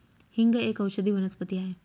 हिंग एक औषधी वनस्पती आहे